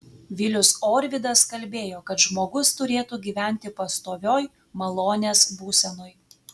vilius orvydas kalbėjo kad žmogus turėtų gyventi pastovioj malonės būsenoj